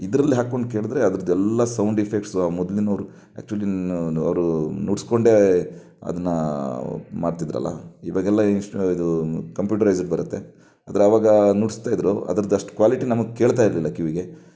ಇದರಲ್ಲಿ ಹಾಕ್ಕೊಂಡು ಕೇಳಿದರೆ ಅದರದ್ದೆಲ್ಲ ಸೌಂಡ್ ಇಫೆಕ್ಟ್ಸ್ ಮೊದಲಿನವರು ಆ್ಯಕ್ಚುಲಿ ಅವರು ನುಡಿಸ್ಕೊಂಡೇ ಅದನ್ನು ಮಾಡ್ತಿದ್ದರಲ್ಲ ಇವಾಗೆಲ್ಲ ಇನ್ಸ್ ಇದು ಕಂಪ್ಯೂಟರೈಸ್ಡ್ ಬರುತ್ತೆ ಆದ್ರಾವಾಗ ನುಡಿಸ್ತಾ ಇದ್ದರು ಅದರದ್ದು ಅಷ್ಟು ಕ್ವಾಲಿಟಿ ನಮಗೆ ಕೇಳ್ತಾ ಇರಲಿಲ್ಲ ಕಿವಿಗೆ